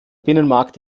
binnenmarkt